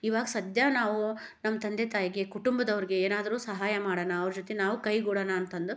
ಇವಾಗ ಸಧ್ಯ ನಾವು ನಮ್ಮ ತಂದೆ ತಾಯಿಗೆ ಕುಟುಂಬದವ್ರಿಗೆ ಏನಾದರೂ ಸಹಾಯ ಮಾಡೋಣ ಅವ್ರ ಜೊತೆ ನಾವು ಕೈಗೂಡಣ ಅಂತಂದು